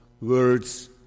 words